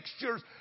fixtures